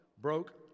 broke